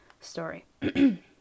story